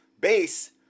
base